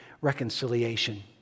reconciliation